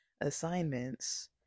assignments